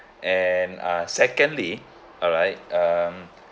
and uh secondly alright um